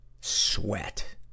sweat